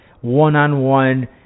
one-on-one